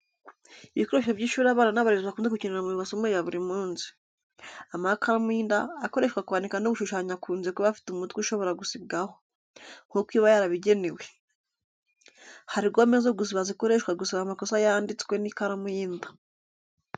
Ibikoresho by’ishuri abana n’abarezi bakunze gukenera mu masomo ya buri munsi. Amakaramu y’inda akoreshwa kwandika no gushushanya akunze kuba afite umutwe ushobora gusibwaho, nk’uko iba yarabigenewe. Hari gome zo gusiba zikoreshwa gusiba amakosa yanditswe n’ikaramu y’inda.